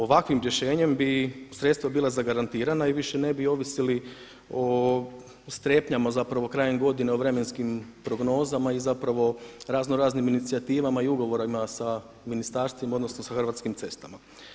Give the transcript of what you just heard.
Ovakvim rješenjem bi sredstva bila zagarantirana i više ne bi ovisili o strepnjama zapravo krajem godine o vremenskim prognozama i zapravo razno raznim inicijativama i ugovorima sa ministarstvima odnosno sa Hrvatskim cestama.